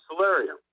solarium